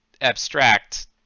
abstract